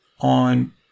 on